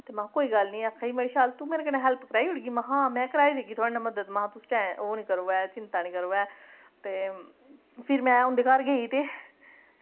ते महां कोई गल्ल नी आक्खा दी मड़ी शालू तूं मेरे कन्नै हैल्प कराई ओड़गी महां हां में कराई देगी तोआढ़े ने मदद महां तुस ओह् नी करो ऐ चिंता नी करो ऐ ते फिर में उं'दे घर गेई ते